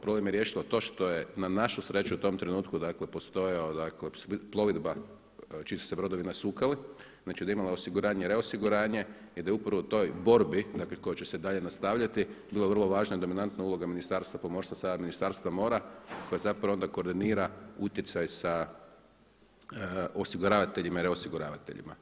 Problem je riješilo to što je na našu sreću u tom trenutku dakle postojao, dakle plovidba čiji su se brodovi nasukali, znači da je imala osiguranje i reosiguranje i da je upravo u toj borbi dakle koja će se dalje nastavljati bila vrlo važna i dominantna uloga Ministarstva pomorstva sa ministarstvom mora koje zapravo onda koordinira utjecaj sa osiguravateljima i reosiguravateljima.